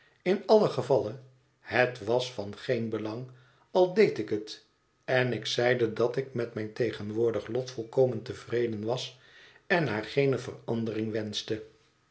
in allen gevalle het was van geen belang al deed ik het en ik zeide dat ik met mijn tegenwoordig lot volkomen tevreden was en naar geene verandering wenschte